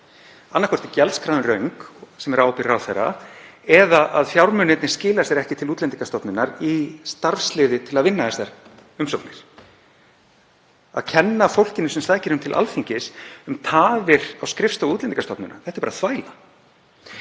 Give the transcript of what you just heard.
Annaðhvort er gjaldskráin röng, sem er á ábyrgð ráðherra, eða að fjármunirnir skila sér ekki til Útlendingastofnunar, í starfsliðið, til að vinna þessar umsóknir. Að kenna fólkinu sem sækir um til Alþingis um tafir á skrifstofu Útlendingastofnun — þetta er bara þvæla.